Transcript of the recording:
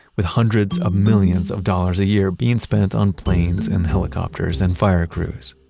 with hundreds of millions of dollars a year being spent on planes and helicopters and fire crews